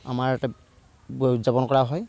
আমাৰ ইয়াতে উদযাপন কৰা হয়